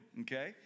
okay